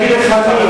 אני אגיד לך מי.